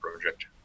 project